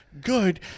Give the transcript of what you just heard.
good